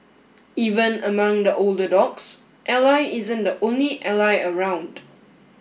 even among the older dogs Ally isn't the only Ally around